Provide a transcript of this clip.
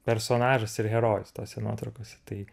personažas ir herojus tose nuotraukose tai